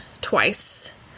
twice